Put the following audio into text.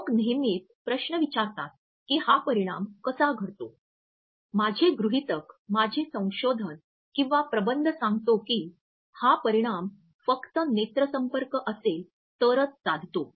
लोक नेहमीच प्रश्न विचारतात की हा परिणाम कसा घडतो माझे गृहितक माझे संशोधन किंवा प्रबंध सांगतो कि हा परिणाम फक्त नेत्रसंपर्क असेल तरच साधतो